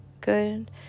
good